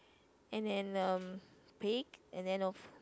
and then um pig and then of